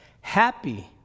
happy